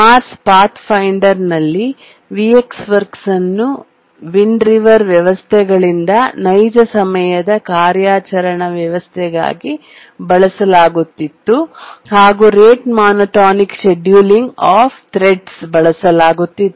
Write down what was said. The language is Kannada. ಮಾರ್ಸ್ ಪಾಥ್ಫೈಂಡರ್ನಲ್ಲಿ Vx ವರ್ಕ್ಸ್ ಅನ್ನು ವಿಂಡ್ ರಿವರ್ ವ್ಯವಸ್ಥೆಗಳಿಂದ ನೈಜ ಸಮಯದ ಕಾರ್ಯಾಚರಣಾ ವ್ಯವಸ್ಥೆಯಾಗಿ ಬಳಸಲಾಗುತ್ತಿತ್ತು ಹಾಗೂ rate monotonic scheduling of threads ಬಳಸಲಾಗುತ್ತಿತ್ತು